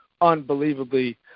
unbelievably